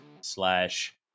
slash